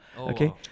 Okay